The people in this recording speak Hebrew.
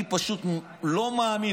אני פשוט לא מאמין.